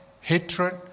hatred